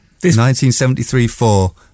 1973-4